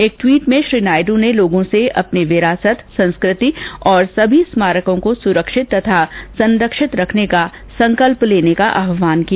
एक ट्वीट में श्री नायडू ने लोगों से अपनी विरासत संस्कृति और सभी स्मारकों को सुरक्षित और संरक्षित रखने का संकल्प लेने का आहवान किया